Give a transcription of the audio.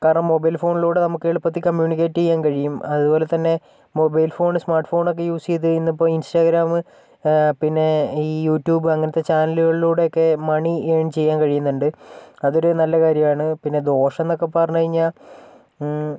കാരണം മൊബൈൽ ഫോണിലൂടെ നമുക്ക് എളുപ്പത്തിൽ കമ്മ്യൂണിക്കേറ്റ് ചെയ്യാൻ കഴിയും അതുപോലെതന്നെ മൊബൈൽ ഫോണ് സ്മാർട്ട് ഫോണൊക്കെ യൂസ് ചെയ്ത് ഇന്നിപ്പോൾ ഇൻസ്റ്റഗ്രാമ് പിന്നെ ഈ യൂട്യൂബ് അങ്ങനത്തെ ചാനലികളിലൂടെയൊക്കെ മണി ഏൺ ചെയ്യാൻ കഴിയുന്നുണ്ട് അതൊരു നല്ല കാര്യമാണ് പിന്നെ ദോഷം എന്നൊക്കെ പറഞ്ഞ് കഴിഞ്ഞാൽ